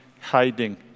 hiding